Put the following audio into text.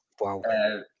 wow